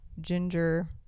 ginger